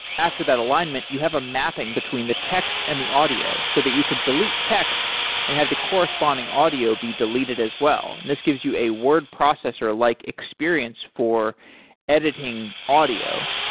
after that alignment, you have a mapping between the text and the audio so that you could delete text and have the corresponding audio be deleted as well, and this gives you a word processor like experience for editing audio.